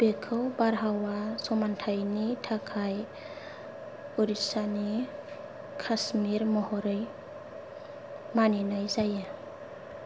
बेखौ बारहावा समानथाइनि थाखाय उरिस्सानि काश्मीर महरै मानिनाय जायो